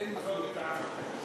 אין מחלוקת.